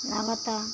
लागता